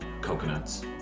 coconuts